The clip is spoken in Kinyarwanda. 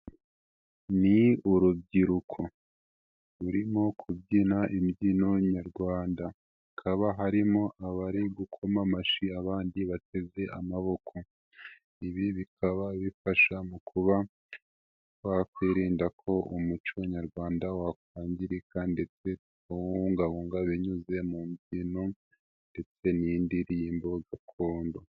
Ni urubyiruko rurimo kubyina imbyino Nyarwanda, hakaba harimo abari gukoma amashyi abandi bateze amaboko. Ibi bikaba bifasha mu kuba twakwirinda ko umuco Nyarwanda wakwangirika ndetse kuwubungabunga binyuze mu mbyino, ndetse n'indirimbo gakondo.